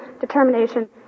determination